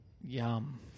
Yum